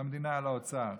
למדינה, לאוצר.